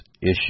issue